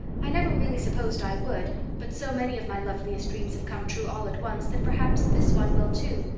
i never really supposed i would, but so many of my loveliest dreams have come true all at once that perhaps this one will, too.